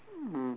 mm